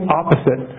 opposite